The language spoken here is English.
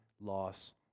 loss